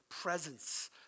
Presence